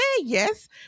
yes